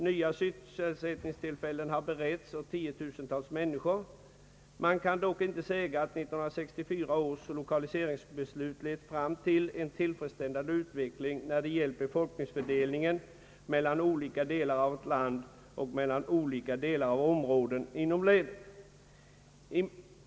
Nya sysselsättningstillfällen har beretts åt tiotusentals människor. Man kan dock inte säga att 1964 års lokaliseringsbeslut lett fram till en tillfredsställande utveckling när det gäller befolkningsfördelningen mellan olika delar av vårt land och mellan olika delar av områden inom länen.